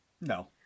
no